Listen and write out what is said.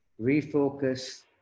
refocus